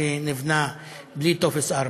שנבנה בלי טופס 4,